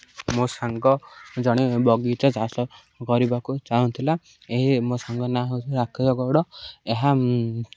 ମୋ ସାଙ୍ଗ ଜଣେ ବଗିଚା ଚାଷ କରିବାକୁ ଚାହୁଁଥିଲା ଏହି ମୋ ସାଙ୍ଗ ନାଁ ହେଉଛି ରାକେଶ ଗୌଡ଼ ଏହା